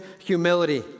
humility